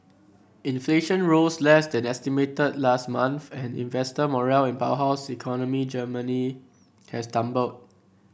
inflation rose less than estimated last month and investor morale in powerhouse economy Germany has tumbled